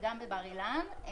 וגם בבר אילן.